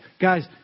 guys